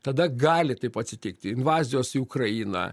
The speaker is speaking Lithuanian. tada gali taip atsitikti invazijos į ukrainą